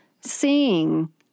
seeing